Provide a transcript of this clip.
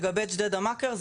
לגבי ג'דיידה מאכר,